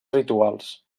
rituals